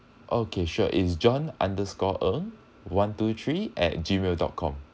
okay sure it's john underscore ng one two three at gmail dot com